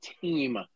team